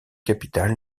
capitale